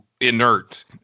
inert